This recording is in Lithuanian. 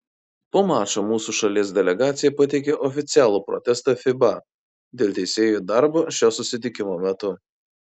po mačo mūsų šalies delegacija pateikė oficialų protestą fiba dėl teisėjų darbo šio susitikimo metu